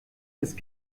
ist